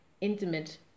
intimate